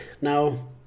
now